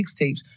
mixtapes